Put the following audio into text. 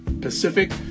Pacific